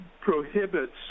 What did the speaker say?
prohibits